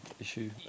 issue